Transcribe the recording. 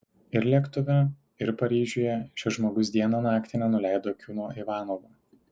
ir lėktuve ir paryžiuje šis žmogus dieną naktį nenuleido akių nuo ivanovo